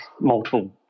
multiple